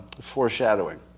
foreshadowing